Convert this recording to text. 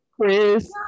Chris